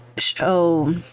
show